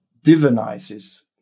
divinizes